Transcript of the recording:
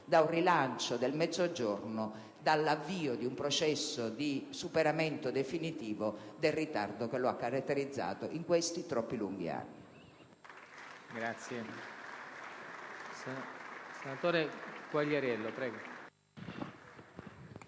da un rilancio del Mezzogiorno, dall'avvio di un processo di superamento definitivo del ritardo che lo ha caratterizzato in questi troppi, lunghi anni.